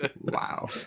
Wow